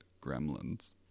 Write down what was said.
gremlins